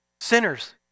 sinners